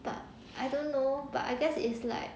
but I don't know but I guess it's like